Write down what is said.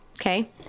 okay